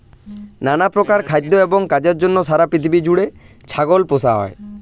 নানা প্রকার খাদ্য এবং কাজের জন্য সারা পৃথিবী জুড়ে ছাগল পোষা হয়